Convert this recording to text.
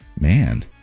Man